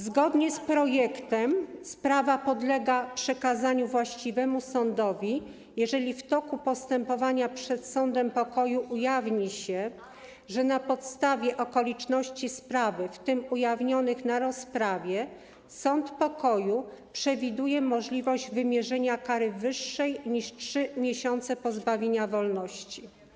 Zgodnie z projektem sprawa podlega przekazaniu właściwemu sądowi, jeżeli w toku postępowania przed sądem pokoju okaże się, że na podstawie okoliczności sprawy, w tym ujawnionych na rozprawie, sąd pokoju przewiduje możliwość wymierzenia kary wyższej niż 3 miesiące pozbawienia wolności.